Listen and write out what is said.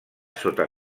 sota